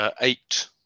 Eight